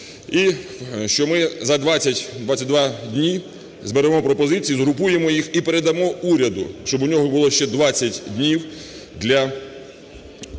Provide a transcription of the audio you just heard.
І що ми за 20-22 дні зберемо пропозиції? згрупуємо їх і передамо уряду, щоб у нього було ще 20 днів для створення